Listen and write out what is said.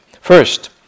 First